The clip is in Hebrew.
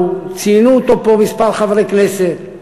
ציינו אותו פה כמה חברי כנסת,